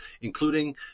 including